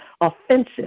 offensive